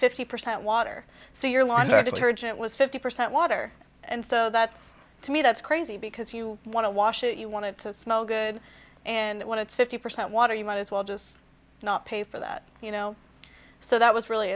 fifty percent water so your laundry detergent was fifty percent water and so that's to me that's crazy because you want to wash it you want to smell good and when it's fifty percent water you might as well just not pay for that you know so that was really